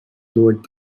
lord